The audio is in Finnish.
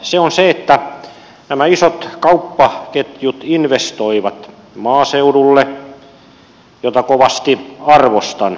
se on se että nämä isot kauppaketjut investoivat maaseudulle jota kovasti arvostan